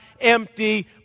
empty